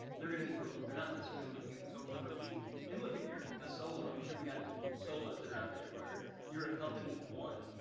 they're gonna be thrilled. they're not necessarily looking at the total number of leads and look, if you're a solo, i'm sure we got solos that are out there where you're a company of one,